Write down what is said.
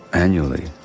annually,